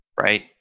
Right